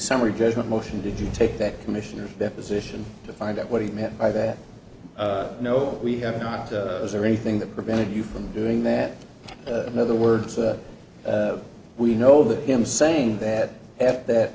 summary judgment motion did you take that commissioner deposition to find out what he meant by that no we have not was there anything that prevented you from doing that in other words we know that him saying that at that